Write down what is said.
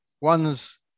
One's